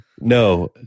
No